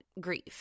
grief